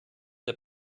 der